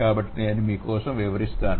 కాబట్టి నేను మీ కోసం వివరిస్తాను